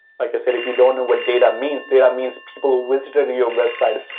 like i said, if you don't know what data means, data means people ah visited your website.